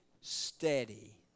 steady